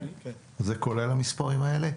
זה כולל, המספרים האלה?